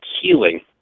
healing